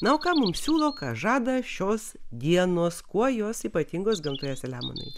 na o ką mums siūlo ką žada šios dienos kuo jos ypatingos gamtoje selemonai